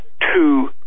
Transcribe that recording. two